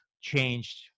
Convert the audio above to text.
changed